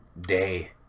day